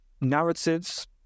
narratives